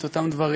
את אותם דברים,